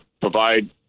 provide